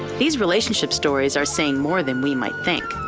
these relationship stories are saying more then we might think.